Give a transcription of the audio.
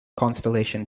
constellation